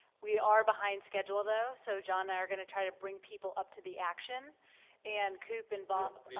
we are behind schedule though, so john and i are going to try to bring people up to the action and coop and bob.